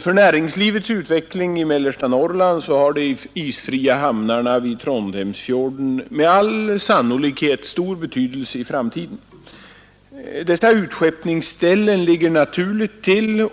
För näringslivets utveckling i mellersta Norrland får de isfria hamnarna vid Trondheimsfjorden med all sannolikhet stor betydelse i framtiden. Dessa utskeppningsställen ligger naturligt till.